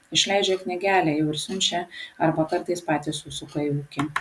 išleidžia knygelę jau ir siunčia arba kartais patys užsuka į ūkį